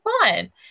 fine